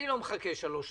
אני לא מחכה שלוש שנים,